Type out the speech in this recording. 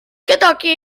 kedagi